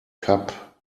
cup